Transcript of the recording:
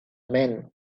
men